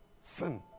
Sin